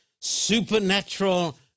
supernatural